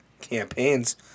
campaigns